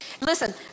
Listen